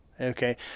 Okay